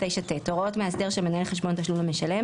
הוראות מאסדר של מנהל חשבון תשלום למשלם